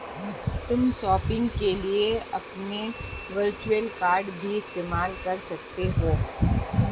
तुम शॉपिंग के लिए अपने वर्चुअल कॉर्ड भी इस्तेमाल कर सकते हो